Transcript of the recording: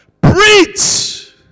Preach